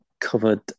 covered